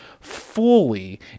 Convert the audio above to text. fully